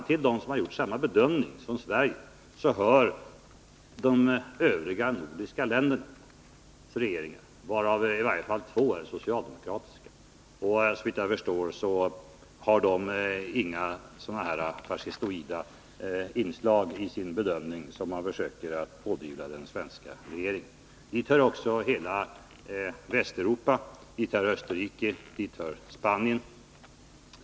Till dem som har gjort samma bedömning som Sverige hör de övriga nordiska länderna, varav i varje fall två har socialdemokratiska regeringar. Såvitt jag förstår har de inga fascistoida inslag i sin bedömning som man försöker pådyvla den svenska regeringen. Dit hör också den västeuropeiska gemenskapen, Österrike och Spanien.